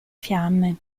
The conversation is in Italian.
fiamme